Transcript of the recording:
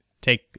take